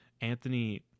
Anthony